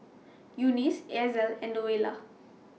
Eunice Ezell and Louella